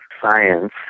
science